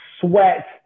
sweat